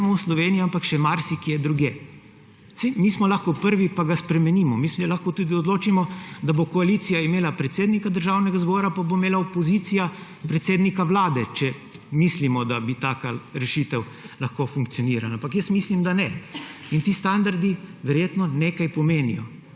v Sloveniji, ampak še marsikje drugje. Saj mi smo lahko prvi in ga spremenimo. Mi se lahko tudi odločimo, da bo koalicija imela predsednika Državnega zbora, pa bo imela opozicija predsednika Vlade, če mislimo, da bi taka rešitev lahko funkcionirala. Ampak jaz mislim, da ne. In ti standardi verjetno nekaj pomenijo,